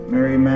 Mary